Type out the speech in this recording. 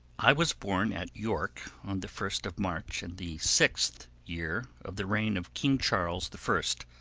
i was born at york on the first of march in the sixth year of the reign of king charles the first.